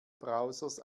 browsers